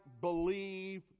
believe